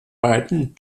beiden